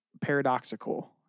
paradoxical